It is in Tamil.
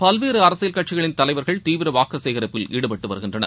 பல்வேறு அரசியல் கட்சிகளின் தலைவர்கள் தீவிர வாக்குச் சேகரிப்பில் ஈடுபட்டு வருகின்றனர்